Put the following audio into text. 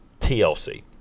TLC